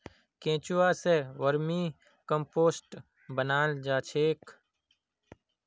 केंचुआ स vermicompost बनाल जा छेक